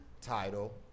title